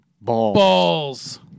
Balls